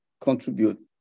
contribute